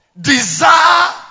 Desire